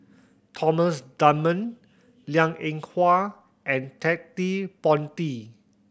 Thomas Dunman Liang Eng Hwa and Ted De Ponti